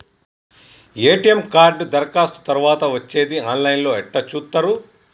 ATM card దరఖాస్తు తరువాత వచ్చేది ఆన్ లైన్ లో ఎట్ల చూత్తరు?